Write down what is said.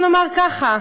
בואו נאמר ככה: